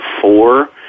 four